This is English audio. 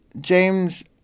James